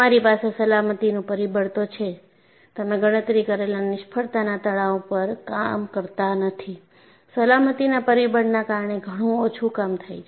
તમારી પાસે સલામતીનું પરિબળ તો છે તમે ગણતરી કરેલા નિષ્ફળતાના તણાવ પર કામ કરતા નથી સલામતીના પરિબળના કારણે ઘણું ઓછું કામ થાય છે